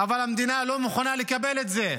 אבל המדינה לא מוכנה לקבל את זה,